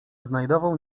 znajdował